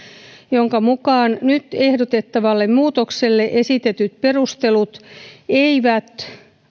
jonka mukaan nyt ehdotettavalle muutokselle esitetyt perustelut eivät